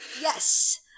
Yes